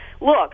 Look